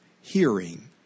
hearing